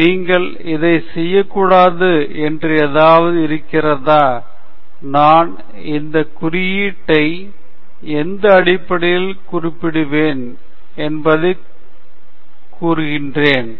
நீங்கள் இதைச் செய்யக்கூடாது என்று ஏதாவது இருக்கிறதா நான் இந்த குறியீட்டை எந்த அடிப்படையில் குறிப்பிடுவேன் என்பதைக் குறிப்பிடுகிறேன்